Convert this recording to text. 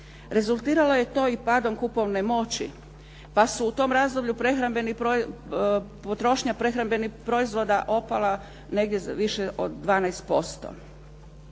Rezultiralo je to i padom kupovne moći pa su u tom razdoblju potrošnja prehrambenih proizvoda opala negdje za više od 12%.